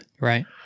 right